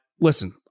listen